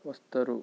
వస్తారు